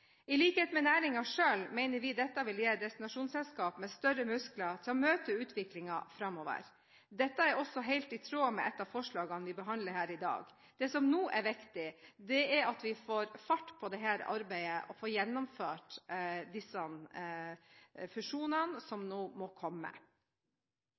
vil gi destinasjonsselskaper større muskler til å møte utviklingen framover. Dette er også helt i tråd med et av forslagene vi behandler her i dag. Det som nå er viktig, er at vi får fart på dette arbeidet og får gjennomført disse fusjonene som